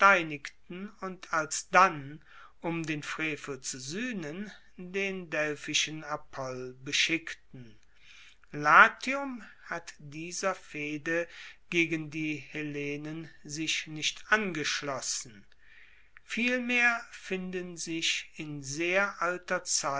und alsdann um den frevel zu suehnen den delphischen apoll beschickten latium hat dieser fehde gegen die hellenen sich nicht angeschlossen vielmehr finden sich in sehr alter